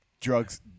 drugs